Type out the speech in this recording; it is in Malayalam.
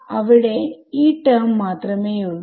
അവിടെ ടെർമ് മാത്രമേ ഉള്ളൂ